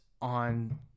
on